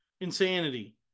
insanity